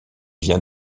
vient